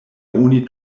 oni